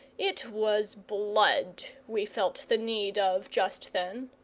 it was blood we felt the need of just then.